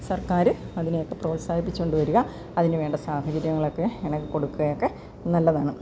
സർക്കാര് അതിനൊക്കെ പ്രോത്സാഹിപ്പിച്ചുകൊണ്ട് വരിക അതിന് വേണ്ട സാഹചര്യങ്ങളൊക്കെ അതിന് കൊടുക്കുകയൊക്കെ നല്ലതാണ്